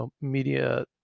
media